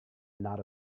not